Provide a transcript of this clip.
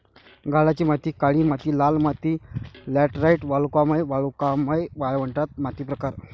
गाळाची माती काळी माती लाल माती लॅटराइट वालुकामय वालुकामय वाळवंट माती प्रकार